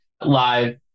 live